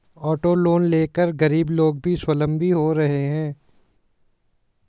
auto loan लेकर गरीब लोग भी स्वावलम्बी हो रहे हैं